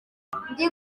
ndi